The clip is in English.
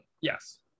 Yes